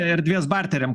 erdvės barteriam